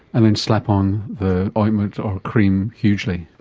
and then slap on the ointment or cream hugely.